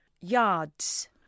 yards